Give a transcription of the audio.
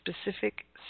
specific